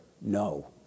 no